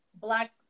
black